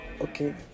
okay